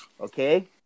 okay